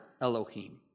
Elohim